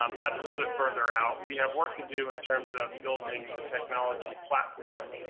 um that's a little bit further out. we have work to do in terms of building the technology platform.